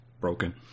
broken